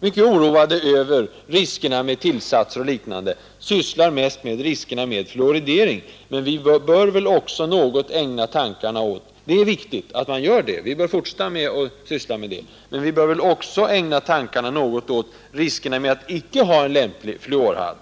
mycket oroade över riskerna med tillsatser och liknande företeelser — mest om riskerna med fluoridering. Det är viktigt att vi fortsätter att uppmärksamma dessa, men vi bör även något ägna tankarna åt riskerna med att icke ha en lämplig fluorhalt.